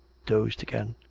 dozed again.